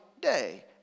day